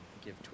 give